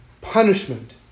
punishment